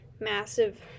massive